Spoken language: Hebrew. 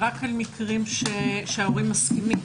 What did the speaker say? רק על מקרים שההורים מסכימים.